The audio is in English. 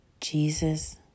Jesus